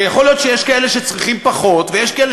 יכול להיות שיש כאלה שצריכים פחות ויש כאלה